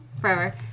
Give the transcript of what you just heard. Forever